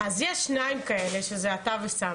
אז יש שניים כאלה, שזה אתה וסמי.